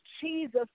Jesus